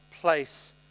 place